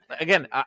Again